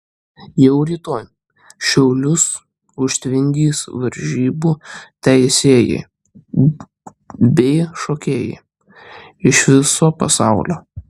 jau rytoj šiaulius užtvindys varžybų teisėjai bei šokėjai iš viso pasaulio